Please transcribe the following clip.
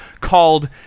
called